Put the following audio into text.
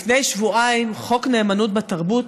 לפני שבועיים חוק נאמנות בתרבות